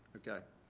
okay.